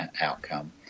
outcome